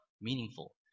meaningful